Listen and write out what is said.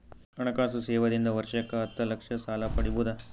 ಹಣಕಾಸು ಸೇವಾ ದಿಂದ ವರ್ಷಕ್ಕ ಹತ್ತ ಲಕ್ಷ ಸಾಲ ಪಡಿಬೋದ?